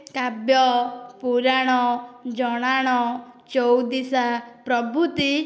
କାବ୍ୟ ପୁରାଣ ଜଣାଣ ଚଉଦିଶା ପ୍ରଭୃତି